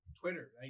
Twitter